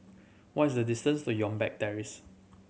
what is the distance to Youngberg Terrace